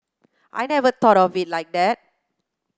I never thought of it like that